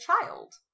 child